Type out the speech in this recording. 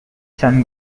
sun